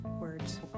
words